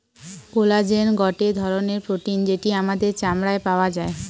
collagen গটে ধরণের protein যেটি আমাদের চামড়ায় পাওয়া যায়